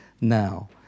now